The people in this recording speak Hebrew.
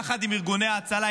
יחד עם ארגוני ההצלה,